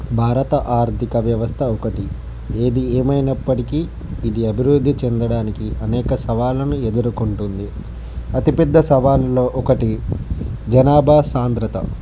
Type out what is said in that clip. భారత ఆర్థిక వ్యవస్థ ఒకటి ఏది ఏమైనప్పటికి ఇది అభివృద్ధి చెందడానికి అనేక సవాళ్ళను ఎదుర్కొంటుంది అతి పెద్ద సవాళ్ళలో ఒకటి జనాభా సాంద్రత